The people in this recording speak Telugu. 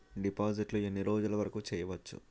డిపాజిట్లు ఎన్ని రోజులు వరుకు చెయ్యవచ్చు?